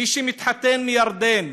מי שמתחתן מירדן,